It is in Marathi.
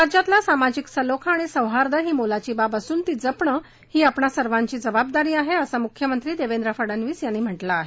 राज्यातला सामाजिक सलोखा आणि सौहार्द ही मोलाची बाब असून ती जपणं ही आपणा सर्वांची जबाबदारी आहे असं मुख्यमंत्री देवेंद्र फडनवीस यांनी म्हटलं आहे